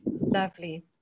Lovely